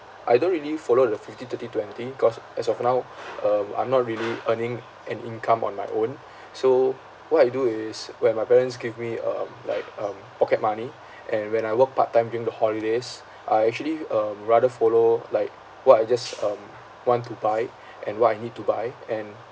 I don't really follow the fifty thirty twenty cause as of now um I'm not really earning an income on my own so what I do is when my parents gave me um like um pocket money and when I work part time during the holidays I actually um rather follow like what I just um want to buy and what I need to buy and